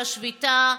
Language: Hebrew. לשביתה,